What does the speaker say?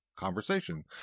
conversation